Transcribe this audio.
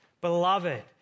Beloved